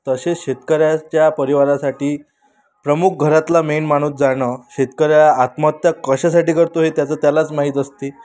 तसेच शेतकऱ्याच्या परिवारासाठी प्रमुख घरातला मेन माणूस जाणं शेतकऱ्या आत्महत्या कशासाठी करतो हे त्याचं त्यालाच माहीत असती